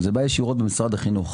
הוא בא ישירות ממשרד החינוך.